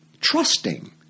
trusting